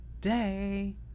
day